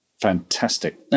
Fantastic